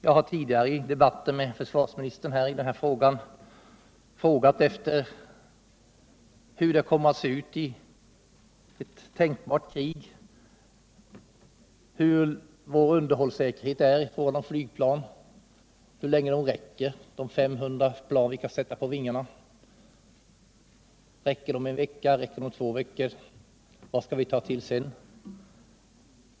Jag har i tidigare debatter med försvarsministern frågat hur det kommer att se ut i ett tänkbart krig, hurudan vår underhållssäkerhet är i fråga om flygplan och hur länge de 500 plan räcker som vi kan räkna med att ha i gång. Räcker de en vecka, räcker de två veckor? Vad skall vi ta till sedan?